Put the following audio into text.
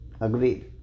Agreed